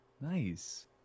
nice